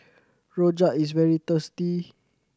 rojak is very tasty